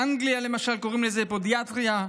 באנגליה למשל קוראים לזה פודיאטריה.